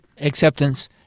acceptance